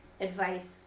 advice